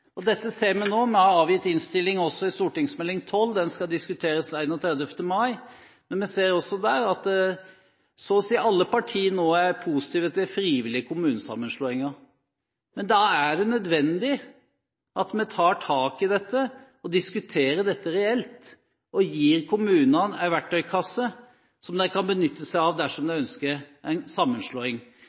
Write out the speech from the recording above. Vi har avgitt innstilling til Meld. St. 12 for 2011–2012, den skal diskuteres 31. mai. Vi ser der at så å si alle partier nå er positive til frivillige kommunesammenslåinger. Da er det nødvendig at vi tar tak i dette og diskuterer dette reelt, og gir kommunene en verktøykasse som de kan benytte seg av dersom de ønsker en sammenslåing.